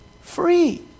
Free